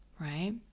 right